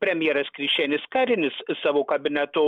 premjeras krišjanis karinis savo kabineto